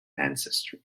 ancestry